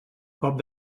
cop